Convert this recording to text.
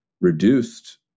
reduced